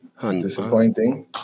disappointing